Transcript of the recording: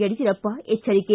ಯಡಿಯೂರಪ್ಪ ಎಚ್ಚರಿಕೆ